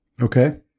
Okay